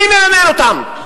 מי מממן אותם?